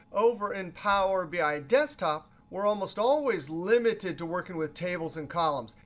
over in power bi desktop, we're almost always limited to working with tables and columns.